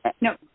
No